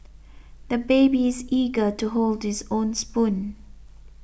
the baby is eager to hold this own spoon